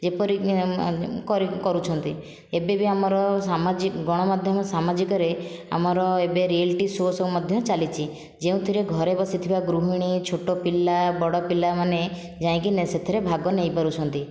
ଯେପରିକି କରୁଛନ୍ତି ଏବେବି ଆମର ଗଣମାଧ୍ୟମ ସାମାଜିକରେ ଆମର ଏବେ ରିଆଲିଟି ସୋ ସବୁ ମଧ୍ୟ ଚାଲିଛି ଯେଉଁଥିରେ ଘରେ ବସିଥିବା ଗୃହିଣୀ ଛୋଟ ପିଲା ବଡ଼ ପିଲାମାନେ ଯାଇଁକି ସେଥିରେ ଭାଗ ନେଇ ପାରୁଛନ୍ତି